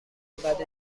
بدش